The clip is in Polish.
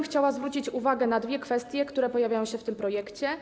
Chciałabym zwrócić uwagę na dwie kwestie, które pojawiają się w tym projekcie.